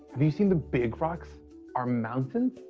have you seen the big rocks are mountains?